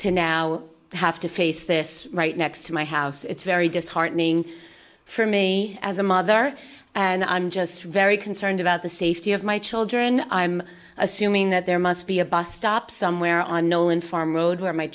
to now have to face this right next to my house it's very disheartening for me as a mother and i'm just very concerned about the safety of my children i'm assuming that there must be a bus stop somewhere i know in farm road where my